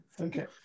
Okay